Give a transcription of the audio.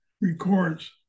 records